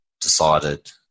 decided